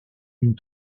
une